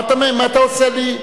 מה אתה עושה לי?